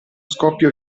scoppio